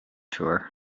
tour